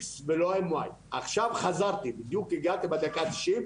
ולא עם Y. עכשיו חזרתי ובדיוק הגעתי בדקה התשעים